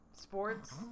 Sports